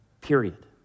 period